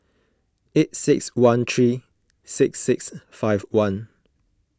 eight six one three six six five one